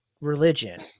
religion